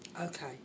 Okay